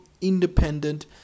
independent